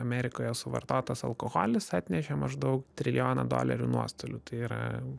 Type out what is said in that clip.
amerikoje suvartotas alkoholis atnešė maždaug trilijoną dolerių nuostolių tai yra